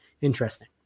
interesting